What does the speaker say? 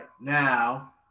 Now